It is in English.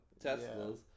testicles